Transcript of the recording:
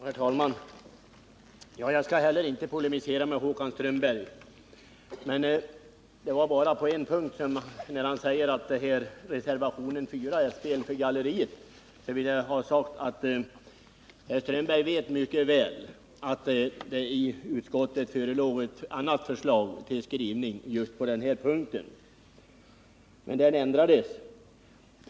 Herr talman! Jag skall inte polemisera med Håkan Strömberg, men jag vill ta upp en punkt. Han säger att reservationen 4 utgör ett spel för galleriet. Herr Strömberg vet mycket väl att det i utskottet förelåg ett annat förslag till skrivning just på denna punkt, men detta ändrades.